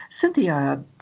Cynthia